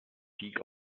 stieg